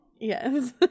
Yes